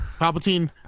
Palpatine